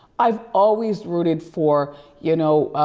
i've always rooted for you know,